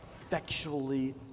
effectually